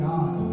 God